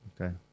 Okay